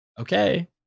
Okay